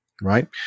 right